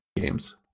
games